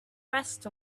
rest